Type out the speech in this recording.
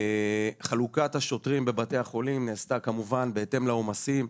חלוקת השוטרים בבתי החולים נעשתה כמובן בהתאם לעומסים,